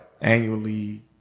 annually